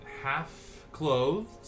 half-clothed